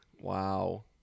Wow